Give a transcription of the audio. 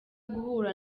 guhura